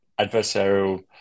adversarial